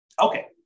Okay